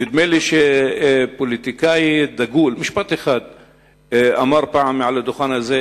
נדמה לי שפוליטיקאי דגול אמר פעם מעל הדוכן הזה,